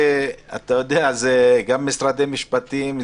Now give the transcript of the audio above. זה גם משרד המשפטים,